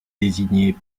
désigné